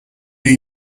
new